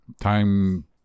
time